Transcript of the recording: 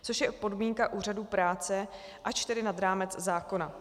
Což je podmínka úřadů práce, ač nad rámec zákona.